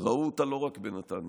ראו לא רק בנתניה,